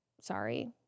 sorry